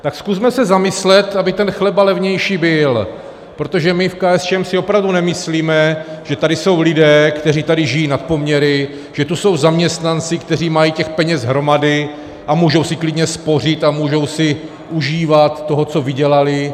Tak zkusme se zamyslet, aby ten chleba levnější byl, protože my v KSČM si opravdu nemyslíme, že tady jsou lidé, kteří tady žijí nad poměry, že tu jsou zaměstnanci, kteří mají těch peněz hromady a můžou si klidně spořit a můžou si užívat toho, co vydělali.